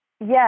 Yes